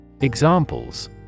Examples